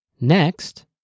Next